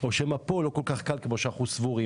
או שמא פה לא כול כך קל כמו שאנחנו סבורים?